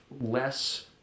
less